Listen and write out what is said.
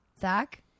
Zach